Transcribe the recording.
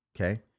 okay